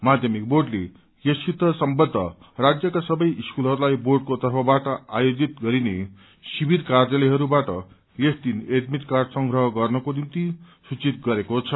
माध्यमिक बोर्डले यससित सम्बद्ध राज्यका सबै स्कूलहरूलाई बोर्डको तर्फबाट आयोजित गरिने शिविर कार्यालयहरूबाट यस दिन एडमिट कार्ड संग्रह गर्नको निम्ति सूचित गरेको छ